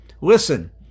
Listen